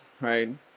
right